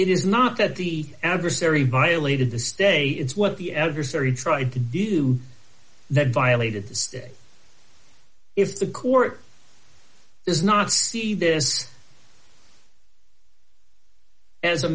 it is not that the adversary violated the stay is what the adversary tried to do that violated the stay if the court does not see this as a